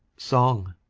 song